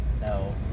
no